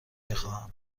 میخواهم